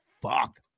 fuck